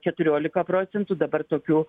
keturiolika procentų dabar tokių